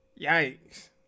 yikes